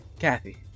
Kathy